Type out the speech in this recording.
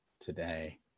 today